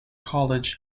college